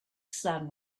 sun